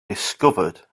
discovered